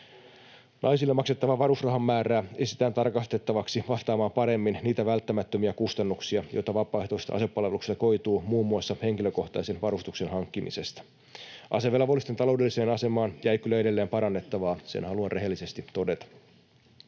Naisille maksettavan varusrahan määrää esitetään tarkastettavaksi vastaamaan paremmin niitä välttämättömiä kustannuksia, joita vapaaehtoisesta asepalveluksesta koituu muun muassa henkilökohtaisen varustuksen hankkimisesta. Asevelvollisten taloudelliseen asemaan jäi kyllä edelleen parannettavaa — sen haluan rehellisesti todeta.